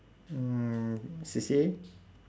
mm C_C_A